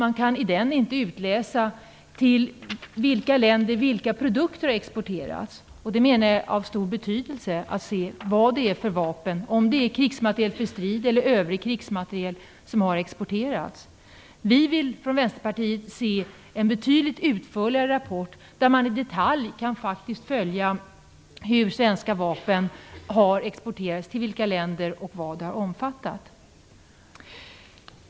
Man kunde ur den inte utläsa till vilka länder vilka produkter hade exporterats. Jag menar att det är av stor betydelse att kunna se om det är krigsmateriel för strid eller övrig krigsmateriel som har exporterats. Vi från Vänsterpartiet vill se en betydligt utförligare rapport, där man i detalj kan följa till vilka länder svenska vapen har exporterats och vilka vapen exporten har omfattat.